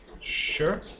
Sure